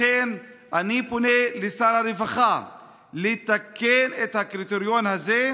לכן אני פונה לשר הרווחה לתקן את הקריטריון הזה,